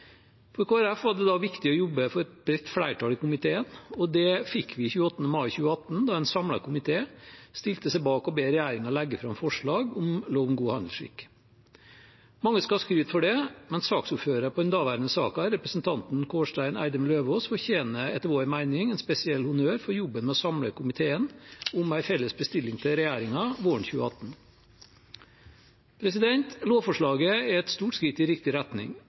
For Kristelig Folkeparti var det da viktig å jobbe for et bredt flertall i komiteen, og det fikk vi 28. mai 2018, da en samlet komité stilte seg bak å be regjeringen legge fram forslag om lov om god handelsskikk. Mange skal ha skryt for det, men saksordføreren på den daværende saken, Kårstein Eidem Løvaas, fortjener etter vår mening en spesiell honnør for jobben med å samle komiteen om en felles bestilling til regjeringen våren 2018. Lovforslaget er et stort skritt i riktig retning,